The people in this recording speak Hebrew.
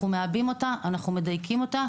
אנחנו מעבים ומדייקים את התכנית,